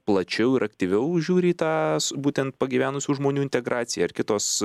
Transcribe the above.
plačiau ir aktyviau žiūri į tą būtent pagyvenusių žmonių integraciją ar kitos